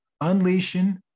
Unleashing